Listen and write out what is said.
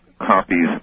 copies